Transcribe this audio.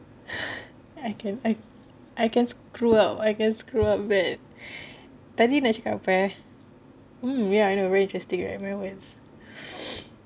I can I can screw up I can screw up but tadi nak cakap apa eh um ya I know very interesting right